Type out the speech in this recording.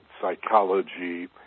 psychology